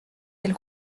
del